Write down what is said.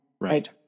Right